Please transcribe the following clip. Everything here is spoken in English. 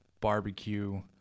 barbecue